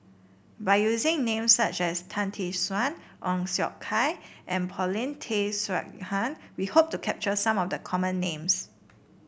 by using names such as Tan Tee Suan Ong Siong Kai and Paulin Tay Straughan we hope to capture some of the common names